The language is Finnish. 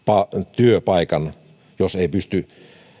työpaikan jos ei pysty